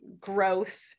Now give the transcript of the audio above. growth